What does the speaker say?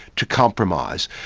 to compromise.